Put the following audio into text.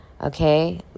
okay